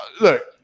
look